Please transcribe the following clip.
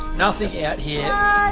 nothing yeah out here